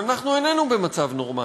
אבל אנחנו איננו במצב נורמלי.